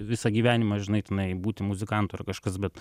visą gyvenimą žinai tenai būti muzikantu ar kažkas bet